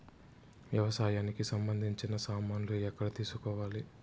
వ్యవసాయానికి సంబంధించిన సామాన్లు ఎక్కడ తీసుకోవాలి?